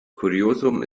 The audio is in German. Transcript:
kuriosum